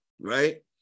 right